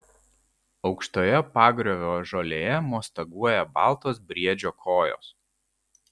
aukštoje pagriovio žolėje mostaguoja baltos briedžio kojos